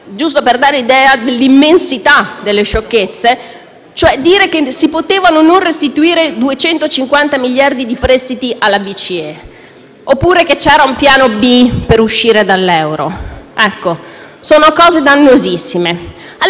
giusto per dare l'idea dell'immensità di tali sciocchezze: è stato detto che si potevano non restituire 250 miliardi di prestiti alla BCE, oppure che c'era un piano B per uscire dall'euro. Sono affermazioni dannosissime.